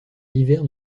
hiverne